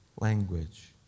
language